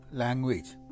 language